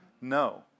No